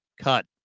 cut